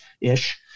ish